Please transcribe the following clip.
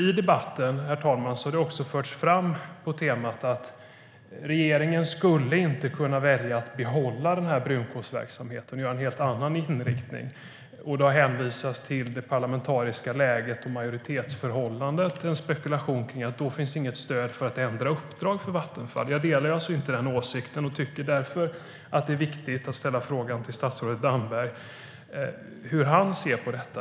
I debatten har det förts fram att regeringen inte skulle kunna välja att behålla brunkolsverksamheten och göra en helt annan inriktning. Det har hänvisats till det parlamentariska läget och majoritetsförhållandet och spekulerats kring att det inte finns något stöd för att ändra Vattenfalls uppdrag. Jag delar inte denna åsikt och tycker därför att det är viktigt att fråga statsrådet Damberg hur han ser på det.